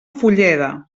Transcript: fulleda